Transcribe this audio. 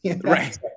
Right